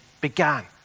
began